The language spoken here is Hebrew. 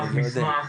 ערך מסמך